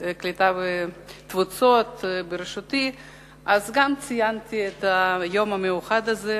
הקליטה והתפוצות שבראשותי ציינתי את היום המיוחד הזה,